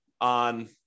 on